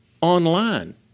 online